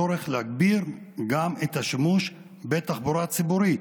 יש צורך להגביר גם את השימוש בתחבורה ציבורית,